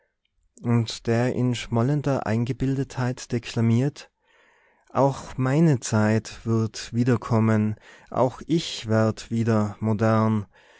und der in schmollender eingebildetheit deklamiert auch meine zeit wird wiederkommen auch ich werd wieder